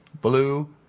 blue